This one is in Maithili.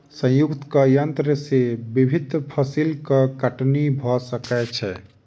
संयुक्तक यन्त्र से विभिन्न फसिलक कटनी भ सकै छै